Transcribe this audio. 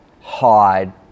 hide